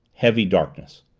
heavy darkness.